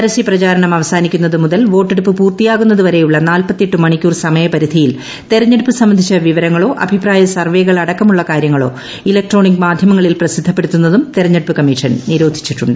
പരസ്യപ്രചാരണം അമ്പസ്ക്കിക്കുന്നത് മുതൽ വോട്ടെടുപ്പ് പൂർത്തിയാകുന്നത് വരെയുള്ള തെരഞ്ഞെടുപ്പ് സംബന്ധിച്ച് കൃ വിവരങ്ങളോ അഭിപ്രായ സർവ്വേകൾ അടക്കമുള്ള കാര്യങ്ങള്ള് ഇലക്ട്രോണിക് മാധ്യമങ്ങളിൽ പ്രസിദ്ധപ്പെടുത്തുന്നതും തെർണ്ഞെടുപ്പ് കമ്മീഷൻ നിരോധിച്ചിട്ടുണ്ട്